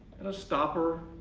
and a stopper,